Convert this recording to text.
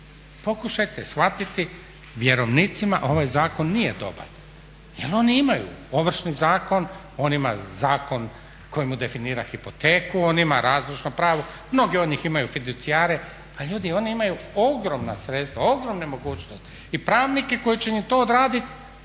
Pokušajte shvatiti, vjerovnicima ovaj zakon nije dobar jer oni imaju Ovršni zakon, oni imaju zakon koji im definira hipoteku, oni imaju … pravo, mnogi od njih imaju fiducijare. Pa ljudi, oni imaju ogromna sredstva, ogromne mogućnosti i pravnike koji će im to odraditi